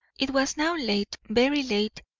it was now late, very late,